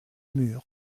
mur